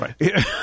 Right